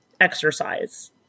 exercise